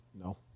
No